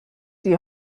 die